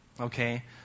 okay